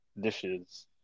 dishes